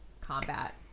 combat